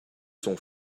son